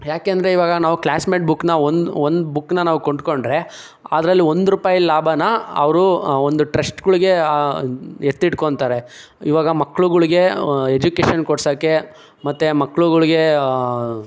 ಏಕೆಂದರೆ ಇವಾಗ ನಾವು ಕ್ಲಾಸ್ಮೇಟ್ ಬುಕ್ನ ಒಂದೊಂದು ಬುಕ್ನ ನಾವು ಕೊಂಡುಕೊಂಡ್ರೆ ಅದರಲ್ಲಿ ಒಂದು ರೂಪಾಯಿ ಲಾಭನ ಅವರು ಒಂದು ಟ್ರಷ್ಟ್ಗಳಿಗೆ ಎತ್ತಿಟ್ಕೋತಾರೆ ಇವಾಗ ಮಕ್ಕಳುಗಳಿಗೆ ಎಜುಕೇಷನ್ ಕೊಡಿಸೋಕೆ ಮತ್ತೆ ಮಕ್ಕಳುಗಳಿಗೆ